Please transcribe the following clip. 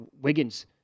Wiggins